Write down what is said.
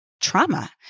trauma